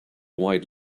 white